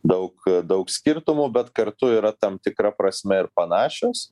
daug daug skirtumų bet kartu yra tam tikra prasme ir panašios